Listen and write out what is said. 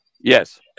Yes